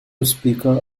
speaker